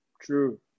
True